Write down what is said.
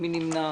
מי נמנע?